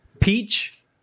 Peach